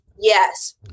Yes